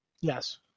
Yes